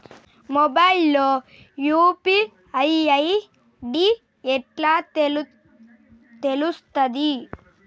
Mobile లో UPI ID ఎట్లా తెలుస్తది?